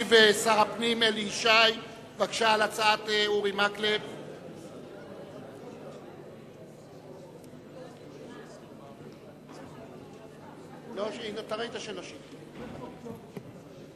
על הצעת אורי מקלב משיב שר הפנים אלי ישי.